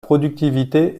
productivité